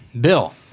Bill